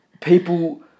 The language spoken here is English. people